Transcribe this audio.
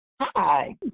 Hi